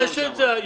יש את זה היום.